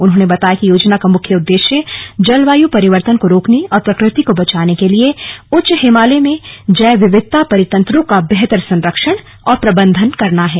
उन्होंने बताया कि योजना का मुख्य उद्देश्य जलवायू परिर्वतन को रोकने और प्रकृति को बचाने के लिए उच्च हिमालय में जैव विविधता परितंत्रों का बेहतर संरक्षण और प्रबन्धन करना है